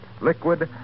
liquid